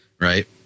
right